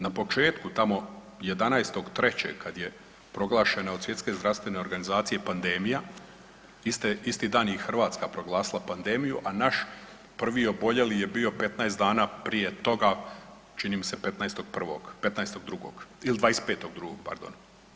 Na početku tamo 11.3. kad je proglašena od Svjetske zdravstvene organizacije pandemije, isti dan je i Hrvatska proglasila pandemiju, a naš prvi oboljeli je bio 15 dana prije toga čini mi se 15.1., 15.2. ili 25.2. pardon.